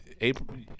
April